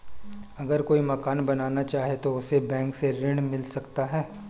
अगर कोई मकान बनाना चाहे तो उसे बैंक से ऋण मिल सकता है?